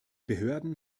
behörden